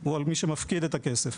על מי שמפקיד את הכסף.